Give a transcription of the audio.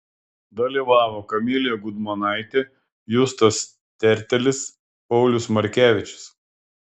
dalyvavo kamilė gudmonaitė justas tertelis paulius markevičius